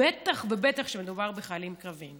בטח ובטח כשמדובר בחיילים קרביים.